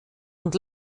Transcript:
und